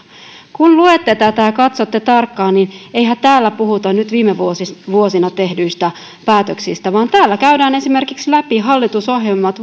kun luette tätä ja katsotte tarkkaan niin eihän täällä puhuta nyt viime vuosina tehdyistä päätöksistä vaan täällä käydään läpi esimerkiksi hallitusohjelmat